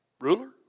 ruler